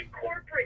corporate